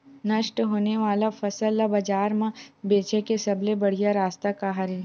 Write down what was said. नष्ट होने वाला फसल ला बाजार मा बेचे के सबले बढ़िया रास्ता का हरे?